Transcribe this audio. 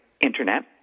internet